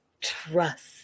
trust